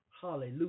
hallelujah